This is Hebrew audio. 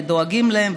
ודואגים להם,